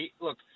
look